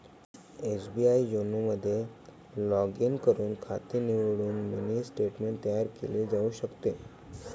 SBI YONO मध्ये log in करून खाते निवडून मिनी स्टेटमेंट तयार केले जाऊ शकते